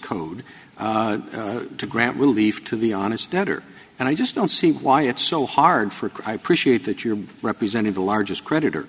code to grant relief to the honest debtor and i just don't see why it's so hard for a cry pre shared that you're representing the largest creditor